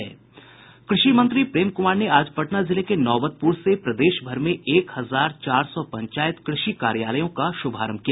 कृषि मंत्री प्रेम कुमार ने आज पटना जिले के नौबतपुर से प्रदेश भर में एक हजार चार सौ पंचायत कृषि कार्यालयों का शुभारंभ किया